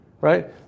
right